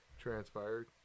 transpired